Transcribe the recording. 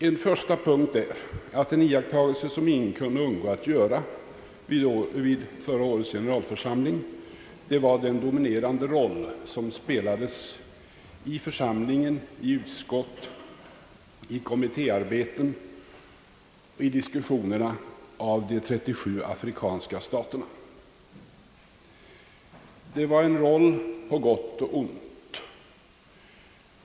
En första punkt är att en iakttagelse, som ingen kunde undgå att göra vid förra årets generalförsamling, var den dominerande roll som spelades i församling och i utskott, i kommitté arbetet och i diskussionerna av de 37 afrikanska staterna. Det var en roll på gott och ont.